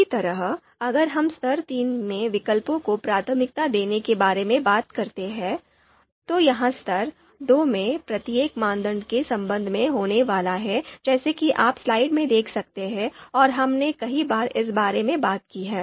इसी तरह अगर हम स्तर 3 में विकल्पों को प्राथमिकता देने के बारे में बात करते हैं तो यह स्तर 2 में प्रत्येक मानदंड के संबंध में होने वाला है जैसा कि आप स्लाइड में देख सकते हैं और हमने कई बार इस बारे में बात की है